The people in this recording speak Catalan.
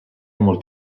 molt